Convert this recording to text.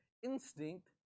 Instinct